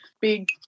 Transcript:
big